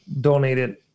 donated